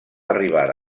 arribada